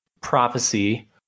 prophecy